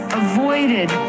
avoided